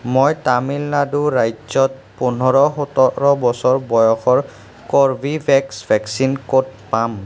মই তামিলনাডু ৰাজ্যত পোন্ধৰ সোতৰ বছৰ বয়সৰ কৰ্বী ভেক্স ভেকচিন ক'ত পাম